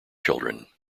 children